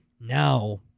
Now